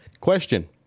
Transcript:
Question